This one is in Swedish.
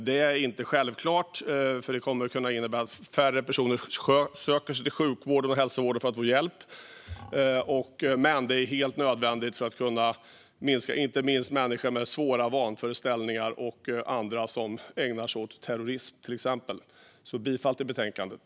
Det är inte självklart eftersom det kan innebära att färre personer söker sig till sjukvården för att få hjälp, men det är helt nödvändigt i fråga om människor med svåra vanföreställningar och andra som ägnar sig åt terrorism. Jag yrkar bifall till förslaget i betänkandet.